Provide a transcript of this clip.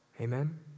Amen